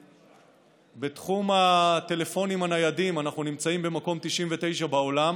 בתחום הטלפונים הניידים אנחנו נמצאים במקום 99 בעולם,